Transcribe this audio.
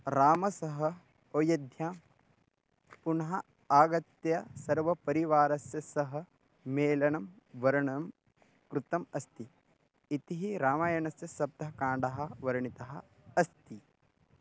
रामेण सह अयोध्यां पुनः आगत्य सर्वपरिवारेण सह मेलनं वर्णनं कृतम् अस्ति इति रामायणस्य सप्तकाण्डाः वर्णितः अस्ति